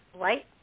light